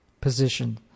position